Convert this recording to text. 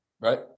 Right